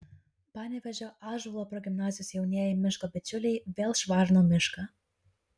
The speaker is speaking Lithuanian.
panevėžio ąžuolo progimnazijos jaunieji miško bičiuliai vėl švarino mišką